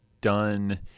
done